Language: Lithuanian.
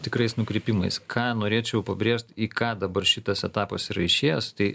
tikrais nukrypimais ką norėčiau pabrėžt į ką dabar šitas etapas yra išėjęs tai